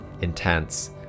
intense